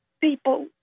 people